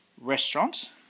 restaurant